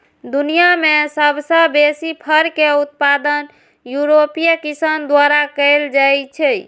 दुनिया मे सबसं बेसी फर के उत्पादन यूरोपीय किसान द्वारा कैल जाइ छै